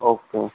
okay